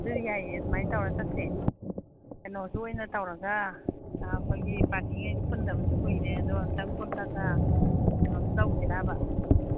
ꯑꯗꯨ ꯌꯥꯏꯌꯦ ꯑꯗꯨꯃꯥꯏꯅ ꯇꯧꯔ ꯆꯠꯁꯦ ꯀꯩꯅꯣꯁꯨ ꯑꯣꯏꯅ ꯇꯧꯔꯒ ꯑꯥ ꯑꯩꯈꯣꯏꯒꯤ ꯄꯥꯔꯇꯤꯉꯩꯁꯨ ꯄꯨꯟꯗꯕꯁꯨ ꯀꯨꯏꯔꯦ ꯑꯗꯨ ꯑꯝꯇꯪ ꯄꯨꯜꯂꯒ ꯀꯩꯅꯣꯁꯨ ꯇꯧꯁꯤꯔꯥꯕ